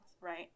right